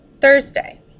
Thursday